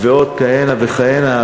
ועוד כהנה וכהנה,